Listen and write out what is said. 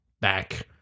back